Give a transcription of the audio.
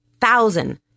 thousand